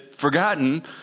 forgotten